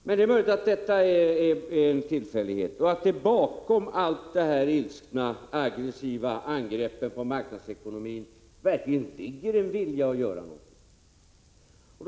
Men det är möjligt att allt detta är en tillfällighet och att det bakom de ilskna, aggressiva angreppen på marknadsekonomin verkligen ligger en vilja att göra någonting.